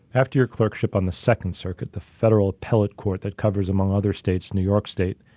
after your clerkship on the second circuit, the federal appellate court that covers among other states, new york state,